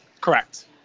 Correct